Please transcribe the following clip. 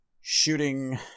shooting